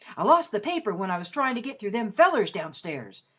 i lost the paper when i was tryin' to get through them fellers downstairs.